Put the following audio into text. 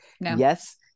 Yes